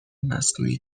مصنوعی